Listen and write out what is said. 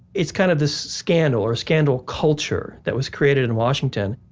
it's kind of this scandal or scandal culture that was created in washington.